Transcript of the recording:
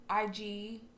IG